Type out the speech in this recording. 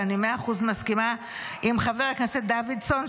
ואני מאה אחוז מסכימה עם חבר הכנסת דוידסון,